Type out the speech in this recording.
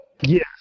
Yes